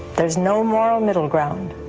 there's no moral middle ground.